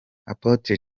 apotre